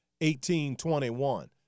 1821